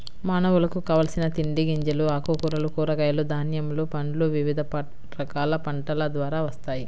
మానవులకు కావలసిన తిండి గింజలు, ఆకుకూరలు, కూరగాయలు, ధాన్యములు, పండ్లు వివిధ రకాల పంటల ద్వారా వస్తాయి